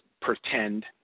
pretend